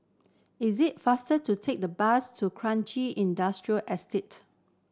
it's it faster to take the bus to Kranji Industrial Estate